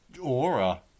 aura